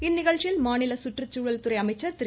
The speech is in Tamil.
இந்நிகழ்ச்சியில் மாநில சுற்றுச்சூழல் துறை அமைச்சர் திரு